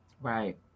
right